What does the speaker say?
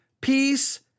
peace